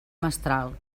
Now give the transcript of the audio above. mestral